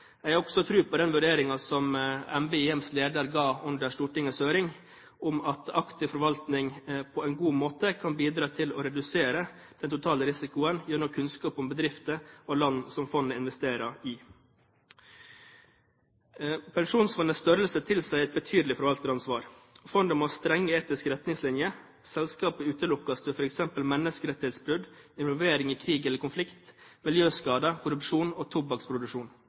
Jeg har også tro på den vurderingen som NBIMs leder ga under Stortingets høring, om at aktiv forvaltning på en god måte kan bidra til å redusere den totale risikoen gjennom kunnskap om bedrifter og land som fondet investerer i. Pensjonsfondets størrelse tilsier et betydelig forvalteransvar. Fondet må ha strenge etiske retningslinjer. Selskaper utelukkes ved f.eks. menneskerettighetsbrudd, involvering i krig eller konflikt, miljøskader, korrupsjon og tobakksproduksjon.